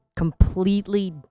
completely